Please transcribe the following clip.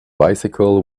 bicycle